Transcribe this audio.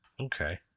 Okay